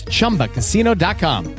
ChumbaCasino.com